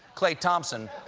klay thompson,